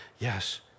Yes